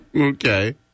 okay